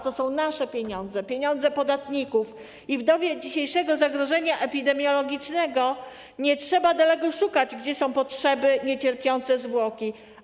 To są nasze pieniądze, pieniądze podatników, i w dobie dzisiejszego zagrożenia epidemiologicznego nie trzeba daleko szukać, żeby dowiedzieć się, jakie są potrzeby niecierpiące zwłoki.